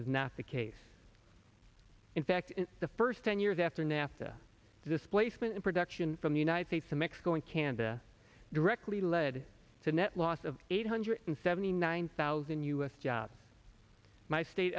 is not the case in fact in the first ten years after nafta the displacement in production from the united states to mexico and canada directly led to a net loss of eight hundred seventy nine thousand u s jobs my state